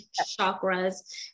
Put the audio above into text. chakras